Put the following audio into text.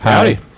Howdy